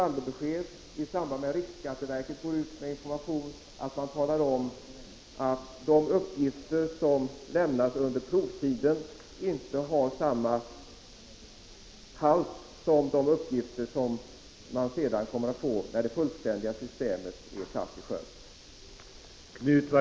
1985/86:50 samband med saldobesked gå ut med information och tala om att de 12 december 1985 uppgifter som lämnats under provtiden inte har samma halt som de uppgifter som man kommer att få när det fullständiga systemet är satt i sjön.